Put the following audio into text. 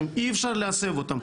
שאי אפשר להסב אותם,